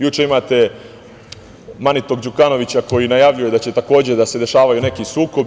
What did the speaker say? Juče imate manitog Đukanovića koji najavljuje da će, takođe, da se dešavaju neki sukobi.